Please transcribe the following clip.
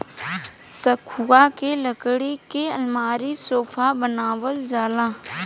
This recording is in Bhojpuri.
सखुआ के लकड़ी के अलमारी, सोफा बनावल जाला